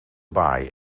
baai